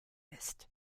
ist